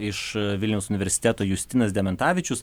iš vilniaus universiteto justinas dementavičius